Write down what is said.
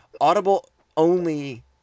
Audible-only